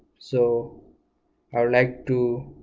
so i would like to